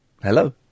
Hello